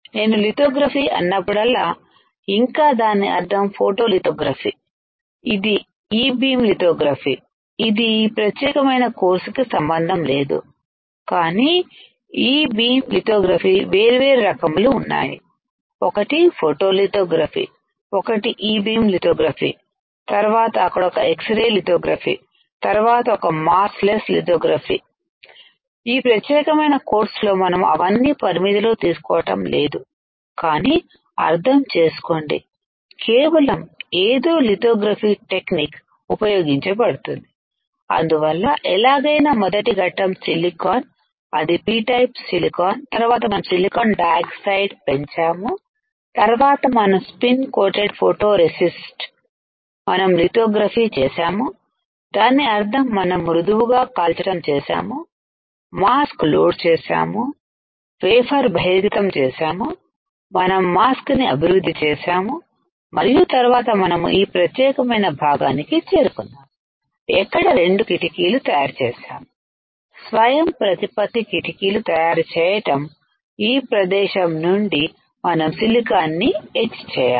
నేను లితోగ్రఫీఅన్నప్పుడల్లాఇంకా దాని అర్థం ఫోటో లితో గ్రఫీ ఇది ఈ బీమ్ లితో గ్రఫీ ఇది ఈ ప్రత్యేకమైన కోర్సుకి సంబంధం లేదు కానీ ఈ బీమ్ లితో గ్రఫీ వేర్వేరు రకములు ఉన్నాయి ఒకటి ఫోటో లితో గ్రఫీ ఒకటి ఈ బీమ్ లితో గ్రఫీతర్వాత అక్కడొక ఎక్సరే లితో గ్రఫీ తర్వాత ఒక మాస్క్ లెస్ లితో గ్రఫీఈ ప్రత్యేకమైన కోర్సులో మనము అవన్నీ పరిమితిలో తీసుకోవటం లేదు కానీ అర్థం చేసుకోండి కేవలం ఏదో లితో గ్రఫీటెక్నిక్ ఉపయోగించబడుతుంది అందువల్ల ఎలాగైనా మొదటి ఘట్టం సిలికాన్ అది Pటైపు సిలికాన్ తర్వాత మనం సిలికాన్ డయాక్సైడ్ పెంచాము తర్వాత మనంస్పిన్ కోటెడ్ ఫోటో రెసిస్ట్ మనం లితో గ్రఫీ చేసాము దాని అర్థం మనం మృదువుగా కాల్చటం చేశాము మాస్క్ లోడ్ చేశాము వేఫర్బహిర్గతం చేశాముమనం మాస్క్ ని అభివృద్ధి చేశాం మరియు తర్వాత మనం ఈ ప్రత్యేకమైన భాగానికి చేరుకున్నాము ఎక్కడ 2 కిటికీలు తయారుచేశాము స్వయం ప్రతి పత్తి కిటికీలు తయారు చేయటం ఈ ప్రదేశం నుండి మనం సిలికాన్ ని ఎచ్ చేయాలి